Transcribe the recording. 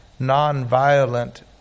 nonviolent